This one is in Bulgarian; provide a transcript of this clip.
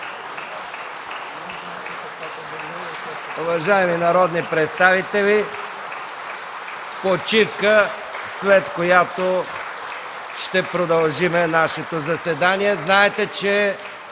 Уважаеми народни представители, почивка, след която ще продължим нашето заседание.